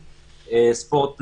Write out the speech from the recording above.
ספורט,